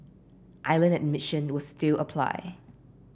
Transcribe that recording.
island admission will still apply